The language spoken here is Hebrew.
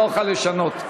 לא אוכל לשנות.